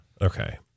Okay